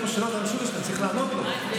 עכשיו סוף-סוף מותר שוטנשטיין, לא ידעתי.